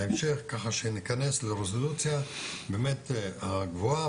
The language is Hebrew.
ככה שניכנס לרזולוציה באמת הגבוהה,